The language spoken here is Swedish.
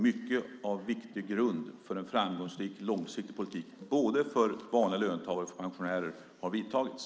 Mycket av viktig grund för en framgångsrik långsiktig politik både för vanliga löntagare och för pensionärer har vidtagits.